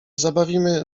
zabawimy